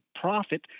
profit